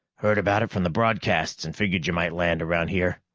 heard about it from the broadcasts and figured you might land around here.